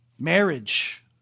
marriage